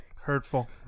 Hurtful